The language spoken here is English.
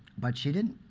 but she didn't.